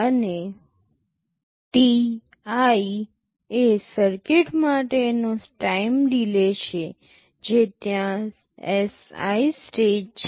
અને ti એ circuit માટેનો ટાઇમ ડિલે છે જે ત્યાં Si સ્ટેજ છે